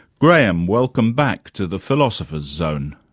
graham, welcome back to the philosopher's zone.